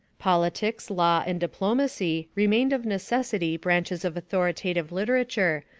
politics, law, and diplomacy remained of necessity branches of authoritative literature,